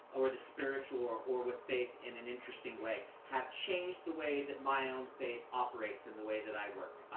or the spiritual, or or with faith in an interesting way changed the way that my own faith operates and the way that i work,